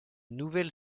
nouvelle